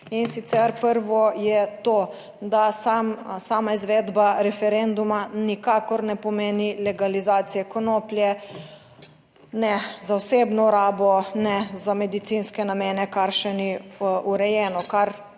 In sicer, prvo je to, da sama izvedba referenduma nikakor ne pomeni legalizacije konoplje ne za osebno rabo, ne za medicinske namene, kar še ni urejeno,